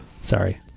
Sorry